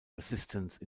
resistance